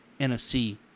NFC